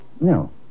No